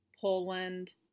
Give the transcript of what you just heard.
Poland